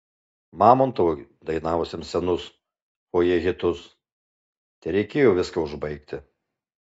mamontovui dainavusiam senus fojė hitus tereikėjo viską užbaigti